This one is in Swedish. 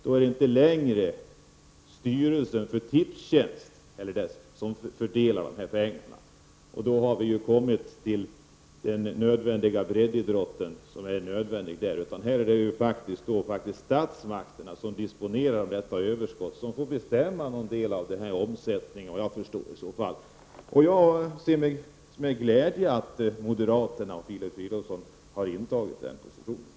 Då är det inte längre styrelsen för Tipstjänst som fördelar dessa pengar. Då har vi kommit till den nödvändiga breddidrotten. Här är det faktiskt statsmakterna, som disponerar detta överskott, som i så fall får bestämma en del av omsättningen, enligt vad jag förstår. Jag ser med glädje att moderaterna och Filip Fridolfsson har intagit den här positionen.